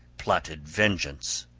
plotted vengeance.